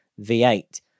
v8